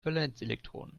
valenzelektronen